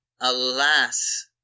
alas